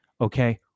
Okay